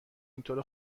اینطوره